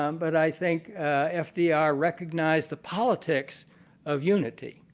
um but i think fdr recognized the politics of unity.